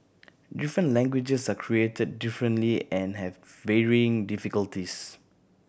different languages are created differently and have varying difficulties